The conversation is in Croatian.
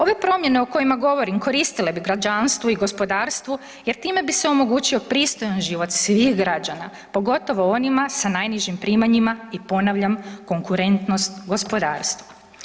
Ove promjene o kojima govorim koristile bi građanstvu i gospodarstvu jer time bi se omogućio pristojan život svih građana pogotovo onima sa najnižim primanjima i ponavljam konkurentnost gospodarstva.